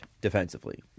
defensively